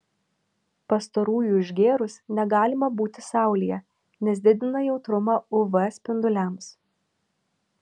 pastarųjų išgėrus negalima būti saulėje nes didina jautrumą uv spinduliams